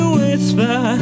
whisper